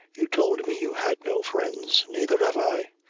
you told me you had no friends. neither have i.